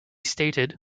stated